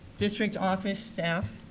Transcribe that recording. district office staff,